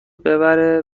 ببره